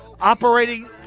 Operating